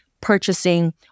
purchasing